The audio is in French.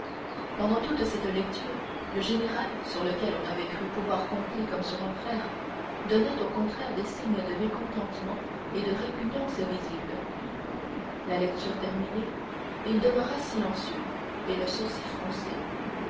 pendant toute cette lecture le général sur lequel on avait cru pouvoir compter comme sur un frère donna au contraire des signes de mécontentement et de répugnance visibles la lecture terminée il demeura silencieux et le sourcil froncé